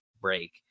break